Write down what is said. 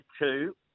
two